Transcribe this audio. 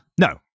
No